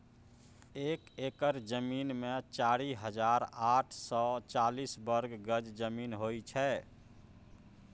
एक एकड़ जमीन मे चारि हजार आठ सय चालीस वर्ग गज जमीन होइ छै